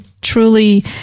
truly